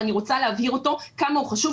ואני רוצה להבהיר אותו כמה הוא חשוב,